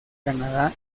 canadá